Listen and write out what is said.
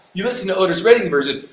you listen to otis redding version,